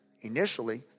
initially